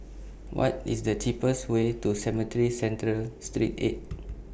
What IS The cheapest Way to Cemetry Central Street eight